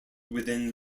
within